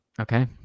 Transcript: Okay